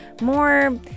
more